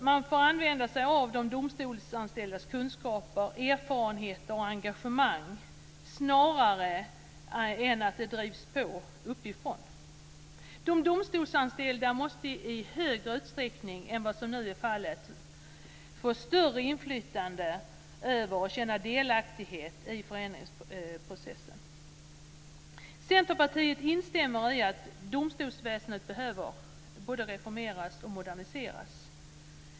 Man får använda sig av de domstolsanställdas kunskaper, erfarenheter och engagemang snarare än att driva på uppifrån. De domstolsanställda måste i större utsträckning än vad som nu är fallet få inflytande över och känna delaktighet i förändringsprocessen. Centerpartiet instämmer i att domstolsväsendet behöver både reformeras och moderniseras.